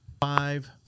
Five